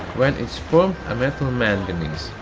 when it's formed a metal manganese.